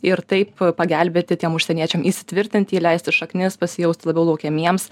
ir taip pagelbėti tiem užsieniečiam įsitvirtinti įleisti šaknis pasijaust labiau laukiamiems